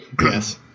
Yes